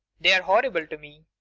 they're horrible to me.